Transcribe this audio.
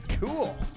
Cool